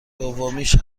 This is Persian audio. دومیش